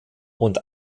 und